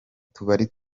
tubari